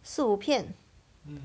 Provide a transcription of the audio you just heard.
四五片